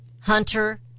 Hunter